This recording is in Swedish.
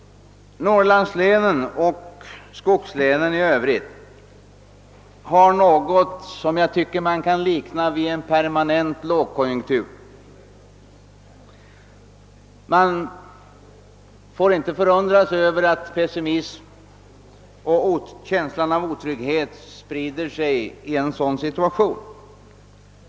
Norrlandslänen och skogslänen i övrigt har något som jag tycker kan liknas vid en permanent lågkonjunktur. Man får inte förundra sig över att pessimism och en känsla av otrygghet sprider sig i en sådan situation.